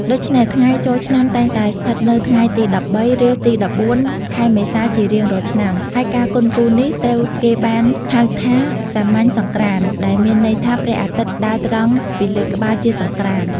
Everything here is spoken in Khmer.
ដូច្នេះ ថ្ងៃចូលឆ្នាំតែងតែស្ថិតនៅថ្ងៃទី ១៣ ឬទី ១៤ ខែមេសាជារៀងរាល់ឆ្នាំ ហើយការគន់គូរនេះត្រូវគេបានហៅថា សាមញ្ញសង្ក្រាន្ត ដែលមានន័យថាព្រះអាទិត្យដើរត្រង់ពីលើក្បាលជាសង្ក្រាន្ត។